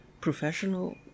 professional